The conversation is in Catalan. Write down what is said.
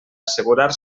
assegurar